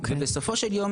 בסופו של יום,